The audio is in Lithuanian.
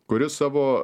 kuris savo